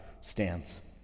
stands